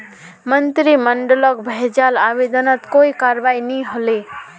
मंत्रिमंडलक भेजाल आवेदनत कोई करवाई नी हले